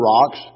rocks